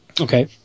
Okay